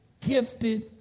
gifted